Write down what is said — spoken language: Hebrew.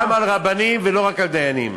רגע, שזה יחול גם על רבנים ולא רק על דיינים.